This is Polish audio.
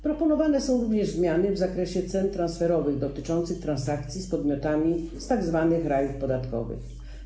Proponowane są również zmiany w zakresie cen transferowych dotyczące transakcji z podmiotami z tzw. rajów podatkowych.